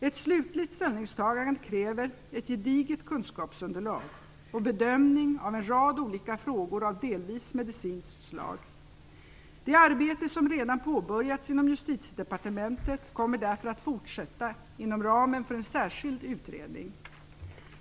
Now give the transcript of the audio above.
Ett slutligt ställningstagande kräver ett gediget kunskapsunderlag och bedömning av en rad olika frågor av delvis medicinskt slag. Det arbete som redan påbörjats inom Justitiedepartementet kommer därför att fortsätta inom ramen för en särskild utredning.